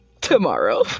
tomorrow